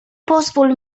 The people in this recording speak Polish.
pozwól